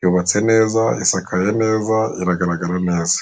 yubatse neza isakaye neza iragaragara neza.